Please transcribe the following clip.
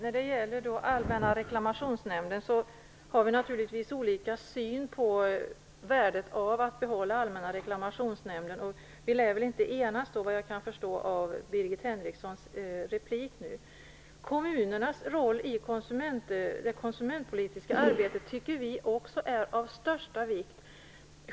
Fru talman! Vi har naturligtvis olika syn på värdet av att behålla Allmänna reklamationsnämnden. Vi lär inte enas, vad jag kan förstå av Birgit Henrikssons replik. Kommunernas roll i det konsumentpolitiska arbetet tycker vi också är av största vikt.